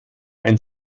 ein